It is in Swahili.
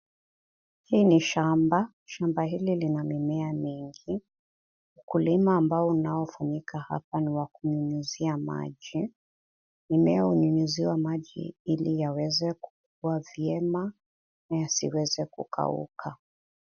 Hii ni shamba. Shamba hili lina mimea mingi. Ukulima ambao unaofanyika hapa ni wa kunyunyizia maji. Mimea hunyunyiziwa maji ili yaweze kukua vyema na yasiweze kukauka.